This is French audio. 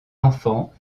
enfants